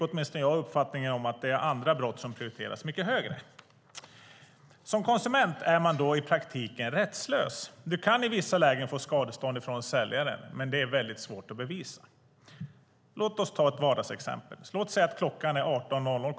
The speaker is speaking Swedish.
Åtminstone jag fick uppfattningen att det är andra brott som prioriteras mycket högre. Som konsument är man då i praktiken rättslös. Du kan i vissa lägen få skadestånd från säljaren, men det är väldigt svårt att bevisa. Låt oss ta ett vardagsexempel. Låt oss säga att klockan är 18.00.